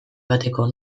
bateko